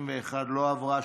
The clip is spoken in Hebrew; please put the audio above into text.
31 לא עברה.